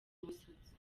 umusatsi